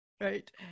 right